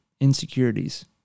insecurities